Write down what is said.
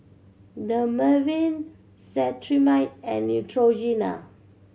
Dermaveen Cetrimide and Neutrogena